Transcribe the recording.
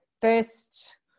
first